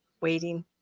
waiting